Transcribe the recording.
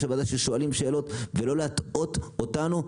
הוועדה ששואלים שאלות ולא להטעות אותנו.